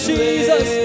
Jesus